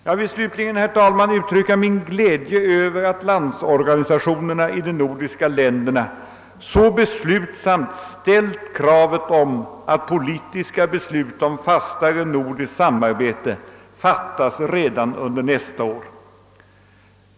Jag vill slutligen, herr talman, uttrycka min glädje över att landsorgani sationerna i de nordiska länderna så beslutsamt ställt kravet att politiska beslut om fastare nordiskt samarbete skall fattas redan under nästa år.